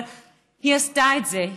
אבל היא עשתה את זה,